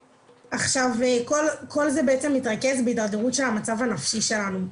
כל זה מתרכז בהידרדרות של המצב הנפשי שלנו.